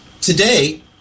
today